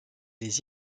les